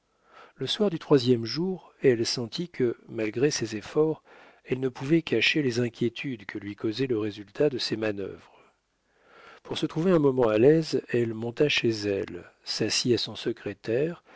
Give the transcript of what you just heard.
le soir du troisième jour elle sentit que malgré ses efforts elle ne pouvait cacher les inquiétudes que lui causait le résultat de ses manœuvres pour se trouver un moment à l'aise elle monta chez elle s'assit à son secrétaire